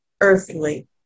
earthly